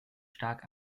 stark